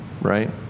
right